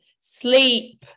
Sleep